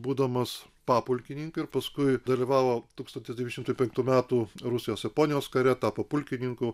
būdamas papulkininkiu ir paskui dalyvavo tūkstantis devyni šimtai penktų metų rusijos japonijos kare tapo pulkininku